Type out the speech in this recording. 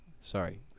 Sorry